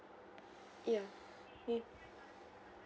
ya